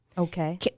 Okay